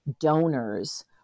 donors